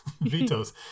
vetoes